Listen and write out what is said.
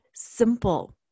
simple